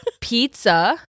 Pizza